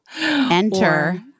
Enter